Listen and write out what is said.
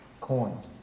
coins